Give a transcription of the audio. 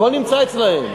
הכול נמצא אצלם.